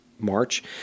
March